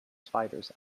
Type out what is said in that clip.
spiders